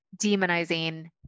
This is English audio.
demonizing